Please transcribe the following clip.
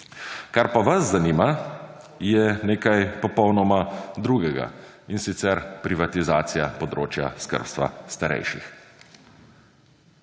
Kaj pa vas zanima je nekaj popolnoma drugega in sicer privatizacija področja skrbstva starejših.